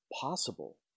possible